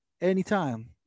anytime